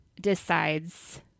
decides